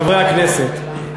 חברי הכנסת,